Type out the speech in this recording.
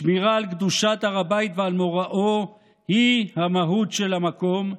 שמירה על קדושת הר הבית ועל מוראו היא המהות של המקום,